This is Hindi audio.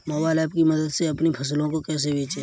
मोबाइल ऐप की मदद से अपनी फसलों को कैसे बेचें?